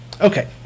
okay